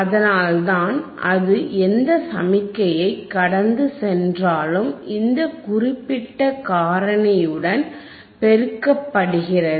அதனால்தான் அது எந்த சமிக்ஞையை கடந்து சென்றாலும் இந்த குறிப்பிட்ட காரணியுடன் பெருக்கப்படுகிறது